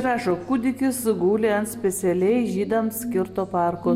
rašo kūdikis guli ant specialiai žydams skirto parko